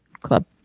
Club